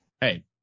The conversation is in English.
Hey